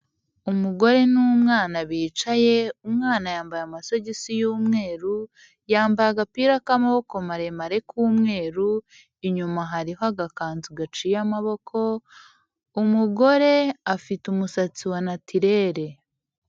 Umugore n'umwana bicaye, umwana yambaye amasogisi y'umweru, yambaye agapira k'amaboko maremare k'umweru, inyuma hariho agakanzu gaciye amaboko, umugore afite umusatsi wa natirere.